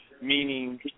meaning